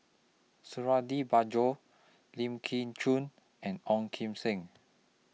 Suradi Parjo Lim Koon Chun and Ong Kim Seng